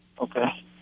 Okay